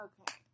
okay